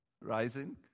rising